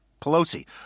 Pelosi